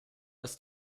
ist